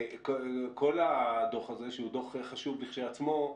כל הדוח הזה שהוא דוח חשוב כשלעצמו,